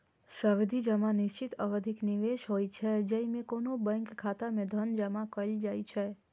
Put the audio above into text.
सावधि जमा निश्चित अवधिक निवेश होइ छै, जेइमे कोनो बैंक खाता मे धन जमा कैल जाइ छै